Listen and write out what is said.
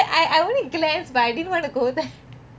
I I only glance but I didn't want to go there